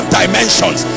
dimensions